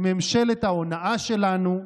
לממשלת ההונאה שלנו,